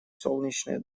солнечной